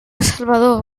salvador